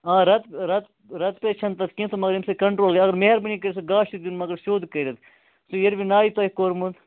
آ رز رز رز پےَ چھَنہٕ تَتھ کیٚنٛہہ تہٕ مگر ییٚمہِ سٍتۍ کنٛٹرول یلہٕ میٚہربٲنی کٔرِتھ سُہ گاسہٕ چھُ دیُن مگر سیٚود کٔرِتھ سُہ یِروِناوِ تۅہہِ کوٚرمُت